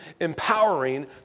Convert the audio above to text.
empowering